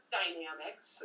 dynamics